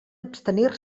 abstenir